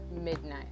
midnight